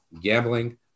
Gambling